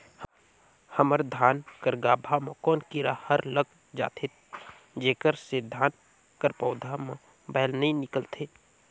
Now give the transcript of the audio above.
हमर धान कर गाभा म कौन कीरा हर लग जाथे जेकर से धान कर पौधा म बाएल नइ निकलथे?